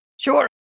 Sure